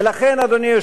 אדוני היושב-ראש,